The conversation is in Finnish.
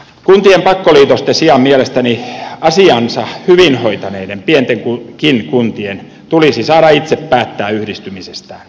kuntien pakkoliitosten sijaan mielestäni asiansa hyvin hoitaneiden pientenkin kuntien tulisi saada itse päättää yhdistymisestään